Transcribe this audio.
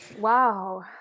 Wow